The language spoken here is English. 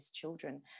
children